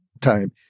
time